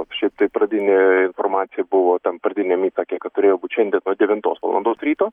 šiaip tai pradinė informacija buvo tam pradiniam įsake kad turėjo būt šiandien nuo devintos valandos ryto